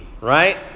right